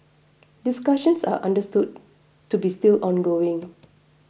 discussions are understood to be still ongoing